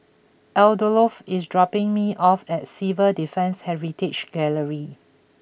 Adolfo is dropping me off at Civil Defence Heritage Gallery